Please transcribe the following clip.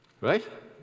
Right